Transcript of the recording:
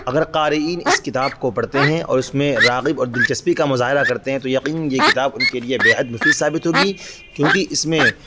اگر قارئین اس کتاب کو پڑھتے ہیں اور اس میں راغب اور دلچسپی کا مظاہرہ کرتے ہیں تو یقیناً یہ کتاب ان کے لیے بے حد مفید ثابت ہوگی کیونکہ اس میں